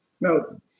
no